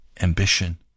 Ambition